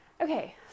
okay